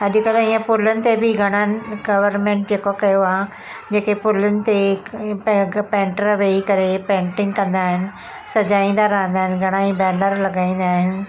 अॼुकल्ह ईअं पुलनि ते बि घणनि गर्वमेंट जेको कयो आहे जेके पुलुनि ते हिक पैंटर वेई करे पैंटिंग कंदा आहिनि सजाईंदा रहंदा आहिनि घणेई बैनर लॻाईंदा आहिनि